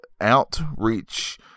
outreach